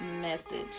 message